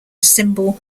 symbol